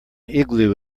igloo